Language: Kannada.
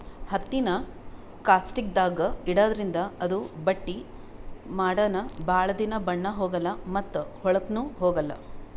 ಹತ್ತಿನಾ ಕಾಸ್ಟಿಕ್ದಾಗ್ ಇಡಾದ್ರಿಂದ ಅದು ಬಟ್ಟಿ ಮಾಡನ ಭಾಳ್ ದಿನಾ ಬಣ್ಣಾ ಹೋಗಲಾ ಮತ್ತ್ ಹೋಳಪ್ನು ಹೋಗಲ್